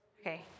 Okay